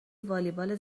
والیبال